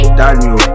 daniel